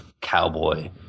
cowboy